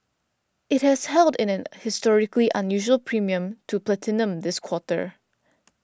it has held in a historically unusual premium to platinum this quarter